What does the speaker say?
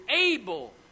able